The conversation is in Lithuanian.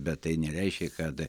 bet tai nereiškia kad